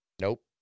Nope